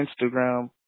instagram